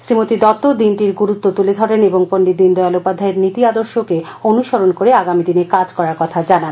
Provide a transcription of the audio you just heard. শ্রীমতি দত্ত দিনটির গুরুত্ব তুলে ধরেন এবং পশ্ডিত দীনদয়াল উপাধ্যায়ের নীতি আদর্শকে অনুসরণ করে আগামি দিনে কাজ করার কথা জানান